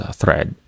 thread